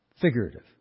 figurative